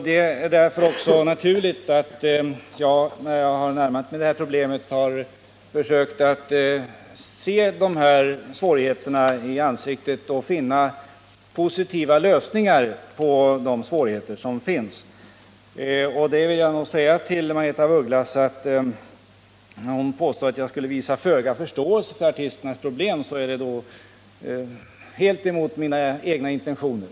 Det är därför också naturligt att jag, när jag har närmat mig detta problem, har försökt att se de här svårigheterna i ansiktet och finna positiva lösningar på dem. Till Margaretha af Ugglas vill jag säga att när hon påstår att jag skulle visa föga förståelse för artisternas problem, så är det helt emot mina egna intentioner.